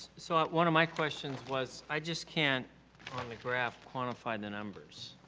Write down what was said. so one of my questions was i just can't on the graph quantify the numbers.